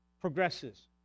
progresses